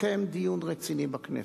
התקיים דיון רציני בכנסת.